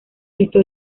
esto